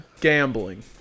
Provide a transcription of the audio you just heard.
gambling